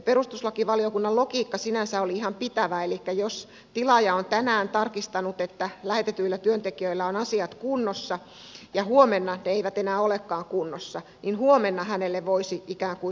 perustuslakivaliokunnan logiikka sinänsä oli ihan pitävä elikkä jos tilaaja on tänään tarkistanut että lähetetyillä työntekijöillä on asiat kunnossa ja huomenna ne eivät enää olekaan kunnossa niin huomenna hänelle ei voisi tulla sanktiota